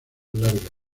larga